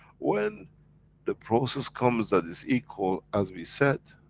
when the process comes that is equal, as we said,